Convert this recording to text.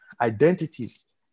identities